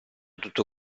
tutto